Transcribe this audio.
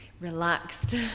relaxed